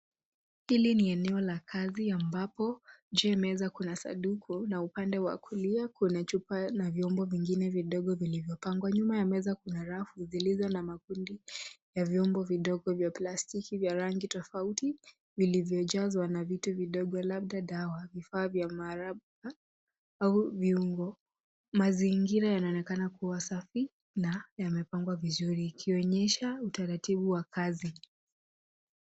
Hili ni eneo la kazi ambapo juu ya meza kuna sanduku na upande wa kulia kuna chupa na vyombo vingine vidogo vilivyopangwa, nyuma ya meza kuna rafu zilizo na makundi ya vyombo vidogo vya plastiki vya rangi tofauti vilivyojazwa na vitu vidogo labda dawa, vifaa vya maaraba au viungo. Mazingira yanaonekana kuwa safi na yamepangwa vizuri ikionyesha utaratibu wa kazi.